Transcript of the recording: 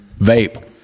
vape